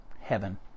heaven